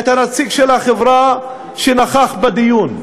את הנציג של החברה שנכח בדיון: